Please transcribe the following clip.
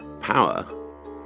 power